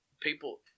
people